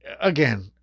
again